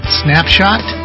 snapshot